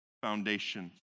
foundation